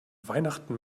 weihnachten